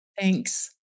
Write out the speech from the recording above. Thanks